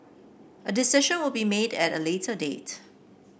a decision will be made at a later date